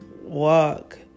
walk